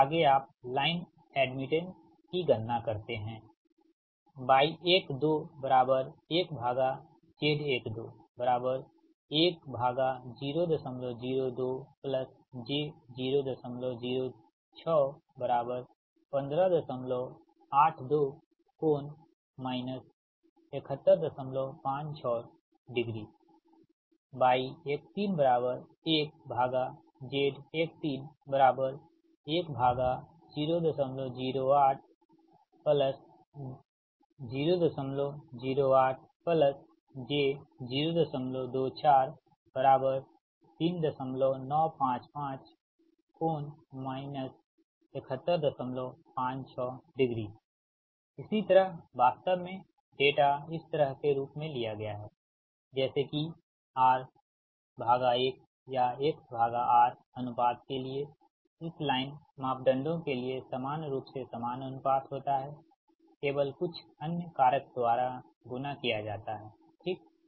अब आगे आप लाइन एड्मिटेंस की गणना करते हैं y121z121002 j 0061582∠ 7156° y131z131008 j 0243955∠ 7156° इसी तरह वास्तव में डेटा इस तरह के रूप में लिया गया है जैसे कि r भागा x या x भागा r अनुपात के लिए इस लाइन मापदंडों के लिए समान रूप से समान अनुपात होता है केवल कुछ अन्य कारक द्वारा गुणा किया जाता है ठीक